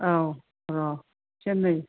औ र' एसे नै